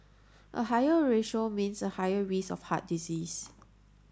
a higher ratio means a higher risk of heart disease